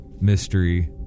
Mystery